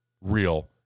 real